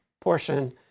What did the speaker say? portion